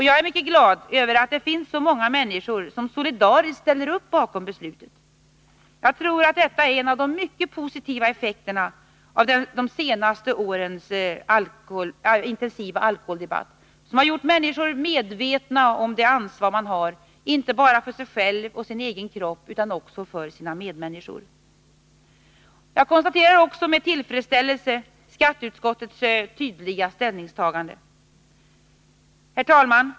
Jag är mycket glad över att det finns så många människor som solidariskt ställer upp bakom beslutet. Jag tror att detta är en av de mycket positiva effekterna av de senaste årens intensiva alkoholdebatt. Den har gjort människor medvetna om det ansvar de har, inte bara för sig själva och sin egen kropp utan också för sina medmänniskor. Jag konstaterar också med tillfredsställelse skatteutskottets tydliga ställningstagande. Herr talman!